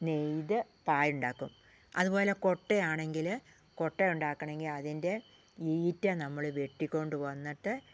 നെയ്ത് പായ ഉണ്ടാക്കും അതുപോലെ കൊട്ടയാണെങ്കില് കൊട്ട ഉണ്ടാക്കണമെങ്കിൽ അതിൻ്റെ ഈറ്റ നമ്മള് വെട്ടിക്കൊണ്ട് വന്നിട്ട്